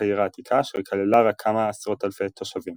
העיר העתיקה אשר כללה רק כמה עשרות אלפי תושבים.